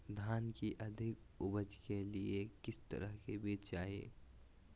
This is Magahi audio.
धान की अधिक उपज के लिए किस तरह बीज चाहिए?